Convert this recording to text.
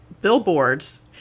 billboards